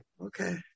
Okay